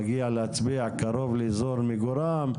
מגיע להצביע קרוב לאזור מגורם,